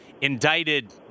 indicted